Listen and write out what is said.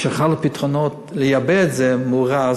שאחד הפתרונות יהיה לייבא את זה מוארז,